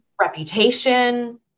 reputation